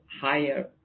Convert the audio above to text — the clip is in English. higher